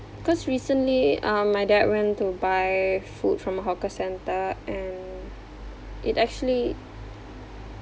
cause recently uh my dad went to buy food from a hawker centre and it actually